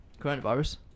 Coronavirus